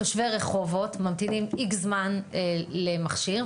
תושבי רחובות ממתינים X זמן למכשיר,